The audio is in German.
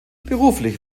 beruflich